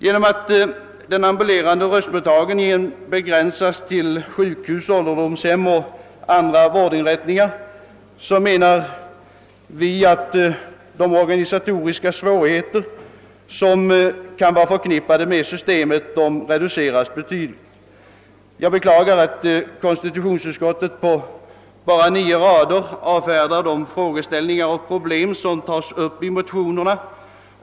Genom att den ambulerande röstmottagningen begränsas till sjukhus, ålderdomshem och andra vårdinrättningar torde de organisatoriska svårigheterna som kan vara förknippade med systemet reduceras betydligt. Jag beklagar att konstitutionsutskottet på båra nio rader avfärdar de frågeställningar och problem som tagits upp i motionerna.